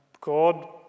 God